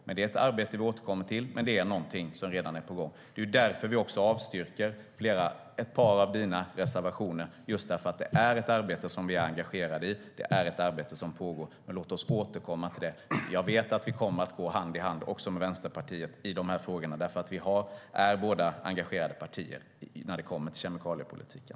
Det är ett arbete vi återkommer till, men det är någonting som redan är på gång. Det är också därför vi avstyrker ett par av Jens Holms reservationer. Detta är ett arbete som vi är engagerade i, och det är ett arbete som pågår. Men låt oss återkomma till det. Jag vet att vi går hand i hand också med Vänsterpartiet i dessa frågor, för vi är båda engagerade partier när det kommer till kemikaliepolitiken.